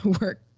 work